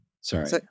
Sorry